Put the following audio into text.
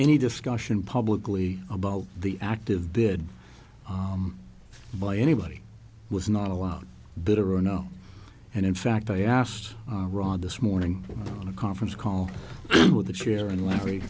any discussion publicly about the active bid by anybody was not allowed bit or a no and in fact i asked rod this morning on a conference call with the chair and larry